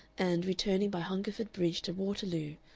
and, returning by hungerford bridge to waterloo,